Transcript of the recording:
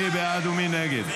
מי בעד ומי נגד?